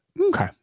Okay